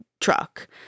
truck